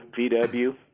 VW